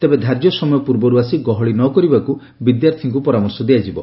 ତେବେ ଧାର୍ଯ୍ୟ ସମୟ ପୂର୍ବରୁ ଆସି ଗହଳି ନ କରିବାକୁ ବିଦ୍ୟାର୍ଥୀଙ୍କୁ ପରାମର୍ଶ ଦିଆଯିବ